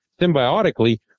symbiotically